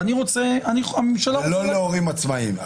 והממשלה --- זה לא להורים עצמאיים.